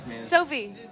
Sophie